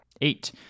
Eight